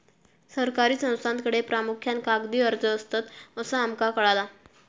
सरकारी संस्थांकडे प्रामुख्यान कागदी अर्ज असतत, असा आमका कळाला